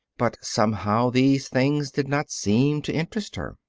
but, somehow, these things did not seem to interest her.